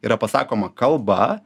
yra pasakoma kalba